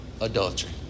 Adultery